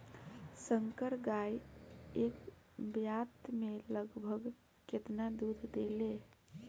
संकर गाय एक ब्यात में लगभग केतना दूध देले?